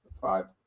Five